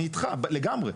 אני איתך, לגמרי.